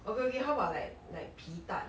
okay okay how about like 皮蛋